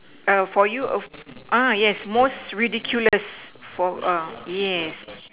for you yes most ridiculous for yes